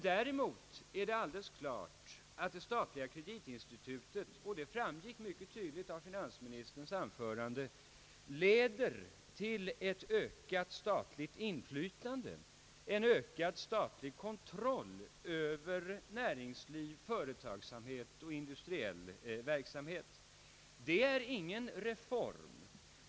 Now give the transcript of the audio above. Däremot är det alldeles klart att det statliga kreditinstitutet — och det framgick mycket tydligt av finansministerns anförande — leder till ett ökat statligt inflytande, en ökad statlig kontroll över näringsliv, företagsamhet och industriell verksamhet. Men det är ingen reform.